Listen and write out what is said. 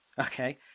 Okay